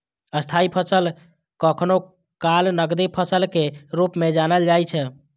स्थायी फसल कखनो काल नकदी फसल के रूप मे जानल जाइ छै